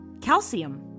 Calcium